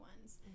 ones